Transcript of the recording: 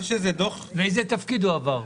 לאיזה תפקיד הוא עבר?